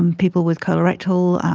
um people with colorectal,